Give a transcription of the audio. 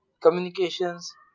communications